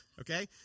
okay